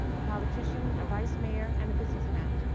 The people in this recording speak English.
a politician, a vice-mayor and a business man.